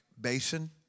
basin